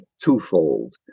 twofold